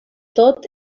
tot